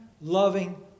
loving